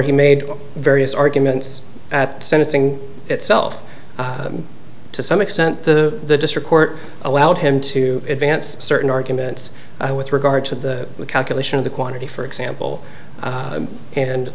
he made various arguments at sentencing itself to some extent the district court allowed him to advance certain arguments with regard to the calculation of the quantity for example